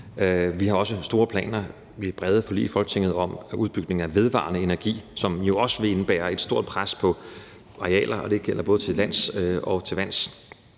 Vi har også store planer med brede forlig i Folketinget om udbygning af vedvarende energi, som jo også vil indebære et stort pres på arealer. Det gælder både til lands og til vands.